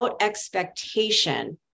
expectation